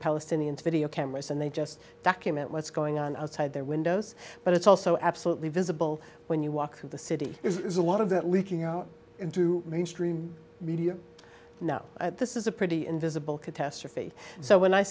palestinians video cameras and they just document what's going on outside their windows but it's also absolutely visible when you walk through the city is a lot of that leaking out into mainstream media now this is a pretty invisible catastrophe so when i